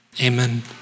Amen